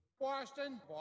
Boston